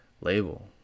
label